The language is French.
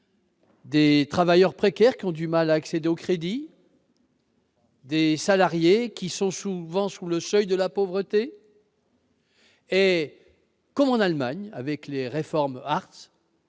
de travailleurs précaires, qui ont du mal à accéder au crédit, et des salariés, qui sont souvent sous le seuil de pauvreté. Comme en Allemagne, depuis les réformes Hartz,